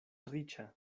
riĉa